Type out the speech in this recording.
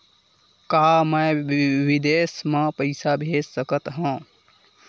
का मैं विदेश म पईसा भेज सकत हव?